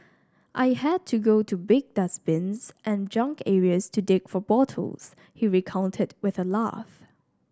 I had to go to big dustbins and junk areas to dig for bottles he recounted with a laugh